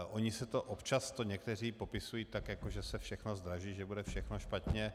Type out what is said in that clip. Oni to občas někteří popisují tak, jako že se všechno zdraží, že bude všechno špatně.